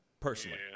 Personally